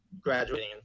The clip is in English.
graduating